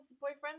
boyfriend